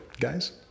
guys